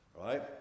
Right